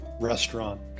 restaurant